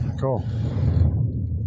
Cool